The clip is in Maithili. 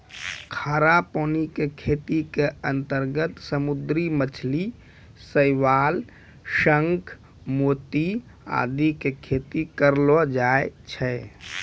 खारा पानी के खेती के अंतर्गत समुद्री मछली, शैवाल, शंख, मोती आदि के खेती करलो जाय छै